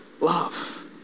love